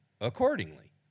accordingly